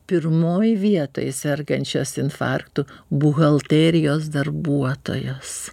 pirmoj vietoj sergančios infarktu buhalterijos darbuotojos